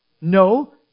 No